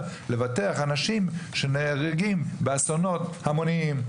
לבטח אנשים שנהרגים באסונות המוניים.